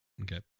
Okay